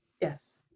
Yes